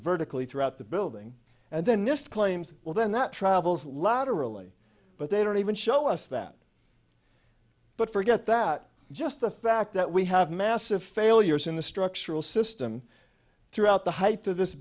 vertically throughout the building and then nist claims well then that travels a lot of really but they don't even show us that but forget that just the fact that we have massive failures in the structural system throughout the height of this